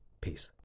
Peace